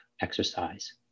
exercise